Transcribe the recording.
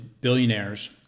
billionaires